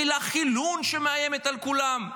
והמילה "חילון", שמאיימת על כולם.